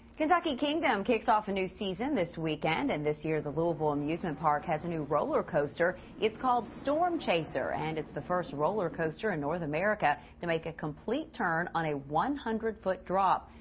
kentucky kingdom kicks off a new season this weekend. and this year. the louisville amusement park has a new roller coaster. it's called storm chaser. and it's the first roller coaster in north america to make a complete turn. on a one hundred foot drop.